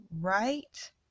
right